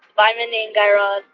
bye, mindy and guy raz